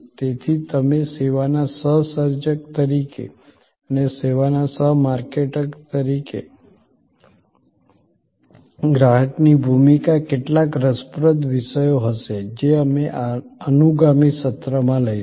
તેથી તમે સેવાના સહ સર્જક તરીકે અને સેવાના સહ માર્કેટર તરીકે ગ્રાહકની ભૂમિકા કેટલાક રસપ્રદ વિષયો હશે જે અમે અનુગામી સત્રમાં લઈશું